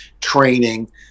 training